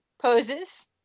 Poses